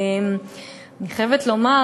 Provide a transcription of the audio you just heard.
אני חייבת לומר,